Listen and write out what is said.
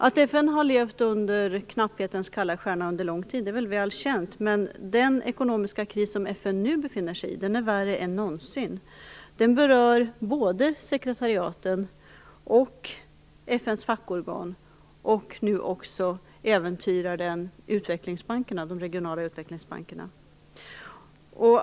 Att FN under lång tid har levt under knapphetens kalla stjärna är väl känt, men den ekonomiska kris som FN nu befinner sig i är värre än någonsin. Den berör både sekretariaten och FN:s fackorgan, och nu äventyrar den också de regionala utvecklingsbankerna.